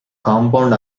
compound